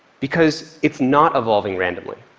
because it's not evolving randomly.